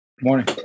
Morning